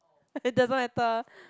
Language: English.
it doesn't matter